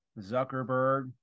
Zuckerberg